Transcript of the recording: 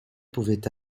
pouvait